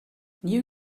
new